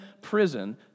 prison